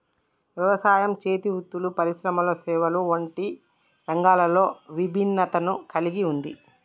యవసాయం, చేతి వృత్తులు పరిశ్రమలు సేవలు వంటి రంగాలలో ఇభిన్నతను కల్గి ఉంది